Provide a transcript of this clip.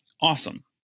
awesome